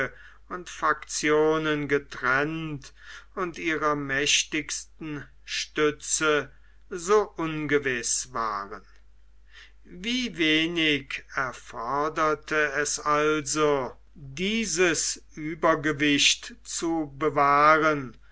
und faktionen getrennt und ihrer mächtigsten stütze so ungewiß waren wie wenig erforderte es also dieses uebergewicht zu bewahren